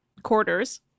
quarters